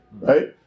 Right